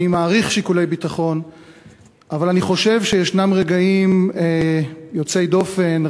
אני מעריך שיקולי ביטחון אבל אני חושב שישנם רגעים יוצאי דופן,